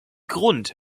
grund